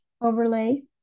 overlay